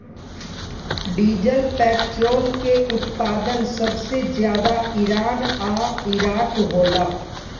diesel petrol के उत्पादन सबसे ज्यादा ईरान आ इराक होला